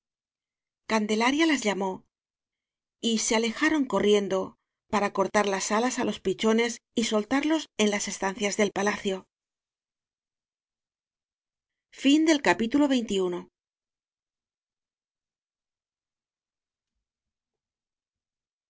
candelaria las llamó y se alejaron co rriendo para cortar las alas á los pichones y soltarlos en las estancias del palacio